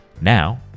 Now